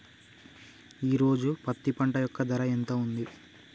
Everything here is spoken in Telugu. ఈ రోజు పత్తి పంట యొక్క ధర ఎంత ఉంది?